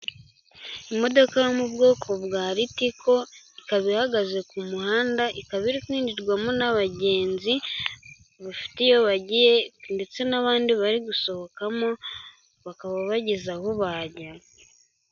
Imodoka yo mu bwoko bwa Ritiko, ikaba ihagaze ku muhanda, ikaba iri kwinjirwamo n'abagenzi bafite iyo bagiye, ndetse n'abandi bari gusohokamo bakaba bageze aho bajya.